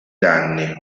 danni